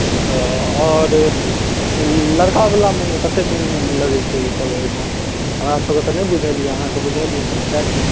अच्छा आओर लड़का वलामे कतेक दिन लगैत छै ई सब होइमे हमरासबके तऽ नहि बुझल यऽ अहाँके बुझल यऽ तऽ बताए दिअ